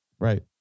Right